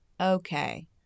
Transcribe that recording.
okay